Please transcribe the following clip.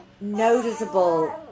noticeable